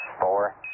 four